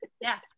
yes